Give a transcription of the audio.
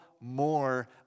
more